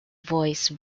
voice